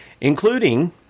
including